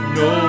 no